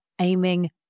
aiming